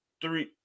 three